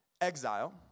exile